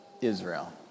Israel